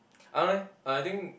I don't know eh I think